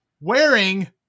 wearing